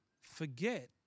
forget